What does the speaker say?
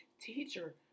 Teacher